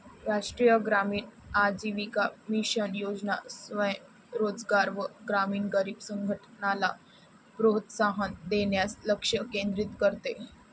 राष्ट्रीय ग्रामीण आजीविका मिशन योजना स्वयं रोजगार व ग्रामीण गरीब संघटनला प्रोत्साहन देण्यास लक्ष केंद्रित करते